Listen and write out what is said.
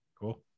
Cool